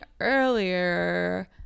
earlier